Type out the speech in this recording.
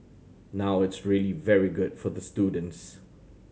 now it's really very good for the students